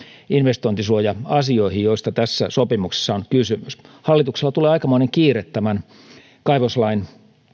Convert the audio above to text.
investointisuoja asioihin joista tässä sopimuksessa on kysymys hallituksella tulee aikamoinen kiire kaivoslain